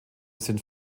sind